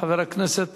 חבר הכנסת